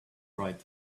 right